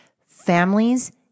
Families